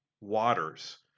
waters